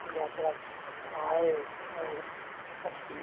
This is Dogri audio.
जात्तरा आए और अचिछी